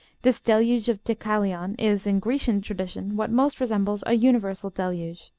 this deluge of deucalion is, in grecian tradition, what most resembles a universal deluge.